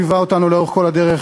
שליווה אותנו לאורך כל הדרך,